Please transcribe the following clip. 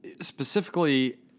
specifically